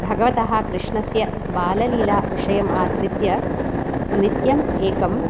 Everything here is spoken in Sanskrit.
भगवतः कृष्णस्य बाललीला विषयम् आधृत्य नृत्यम् एकम्